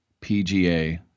PGA